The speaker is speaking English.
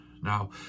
Now